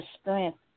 strength